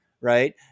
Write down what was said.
right